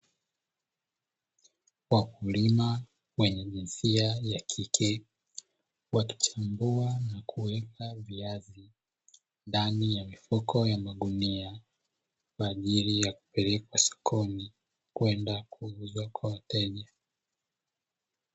Wakulima wenye jinsia ya kike wakichambua na kuweka viazi ndani ya mifuko ya magunia, kwa ajili ya kupeleka sokoni kwenda kuuzwa kwa wateja.